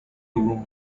room